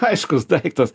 aiškus daiktas